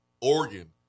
Oregon